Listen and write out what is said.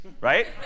right